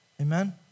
amen